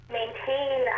maintain